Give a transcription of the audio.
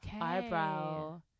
eyebrow